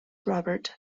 robert